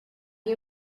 you